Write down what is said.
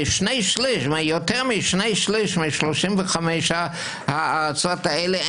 יותר משני שליש מ-35 הארצות האלה,